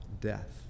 death